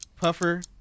Puffer